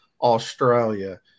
Australia